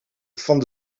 van